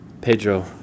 Pedro